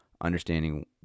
understanding